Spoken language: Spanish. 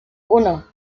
uno